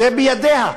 זה בידיה.